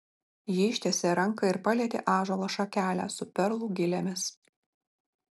ji ištiesė ranką ir palietė ąžuolo šakelę su perlų gilėmis